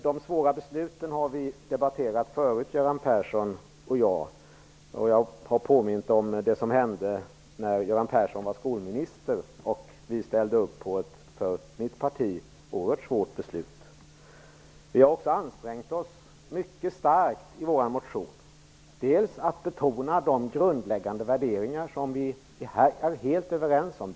De svåra besluten har Göran Persson och jag debatterat tidigare. Jag har påmint om det som hände när Göran Persson var skolminister, då vi ställde upp på ett för mitt parti oerhört svårt beslut. Vi har också ansträngt oss mycket starkt i vår motion för att betona de grundläggande värderingar som vi här är helt överens om.